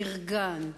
נרגן,